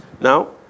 Now